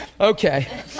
Okay